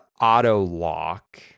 auto-lock